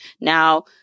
Now